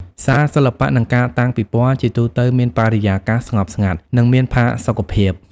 សាលសិល្បៈ និងការតាំងពិពណ៌ជាទូទៅមានបរិយាកាសស្ងប់ស្ងាត់ និងមានផាសុកភាព។